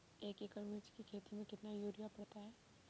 एक एकड़ मिर्च की खेती में कितना यूरिया पड़ता है?